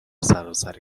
سراسر